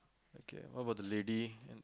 okay what about the lady